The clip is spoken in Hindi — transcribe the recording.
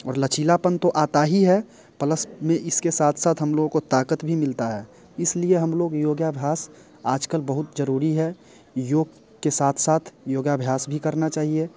और लचीलापन तो आता ही है प्लस में इसके साथ साथ हम लोगों को ताकत भी मिलता है इसलिए हम लोग योगाभ्यास आजकल बहुत जरूरी है योग के साथ साथ योगाभ्यास भी करना चाहिए